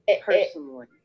personally